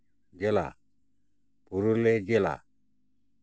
ᱡᱮᱞᱟ ᱯᱩᱨᱩᱞᱤᱭᱟᱹ ᱡᱮᱞᱟ